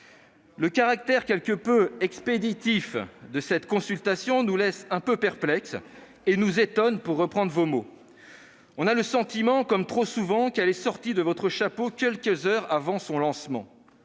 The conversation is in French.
Le caractère quelque peu expéditif de la consultation nous laisse quelque peu perplexes et nous étonne, pour reprendre vos mots. Nous avons le sentiment, comme trop souvent, que cette consultation est sortie de votre chapeau quelques heures avant son lancement.